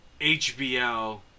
HBO